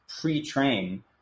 pre-train